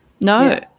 no